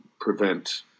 prevent